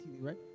right